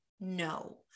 No